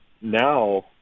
now